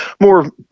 more